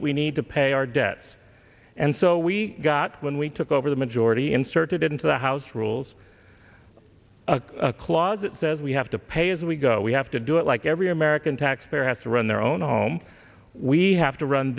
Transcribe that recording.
that we need to pay our debts and so we got when we took over the majority inserted into the house rules a clause that says we have to pay as we go we have to do it like every american taxpayer has to run their own home we have to run